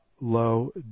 low